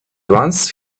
once